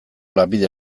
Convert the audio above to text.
lanbide